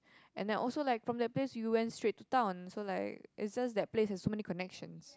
and I also like from that place you went straight to town so like is just that place has so many connections